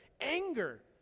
anger